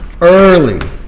early